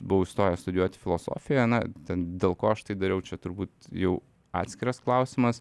buvau įstojęs studijuoti filosofiją na ten dėl ko aš tai dariau čia turbūt jau atskiras klausimas